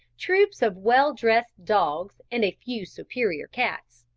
troops of well-dressed dogs and a few superior cats,